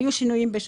היו שינויים.